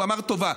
הוא אמר "טובה".